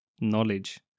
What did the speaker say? knowledge